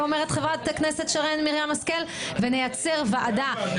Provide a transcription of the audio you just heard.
אומרת חברת הכנסת שרן מרים השכל ונייצר ועדה